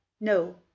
no